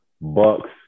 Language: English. Bucks